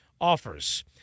offers